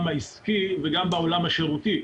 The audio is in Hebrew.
העסקי וגם בעולם השירותי.